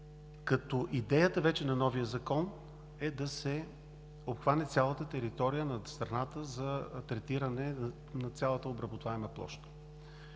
Идеята на новия закон е да се обхване цялата територия на страната за третиране на цялата обработваема площ.